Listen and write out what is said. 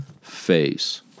face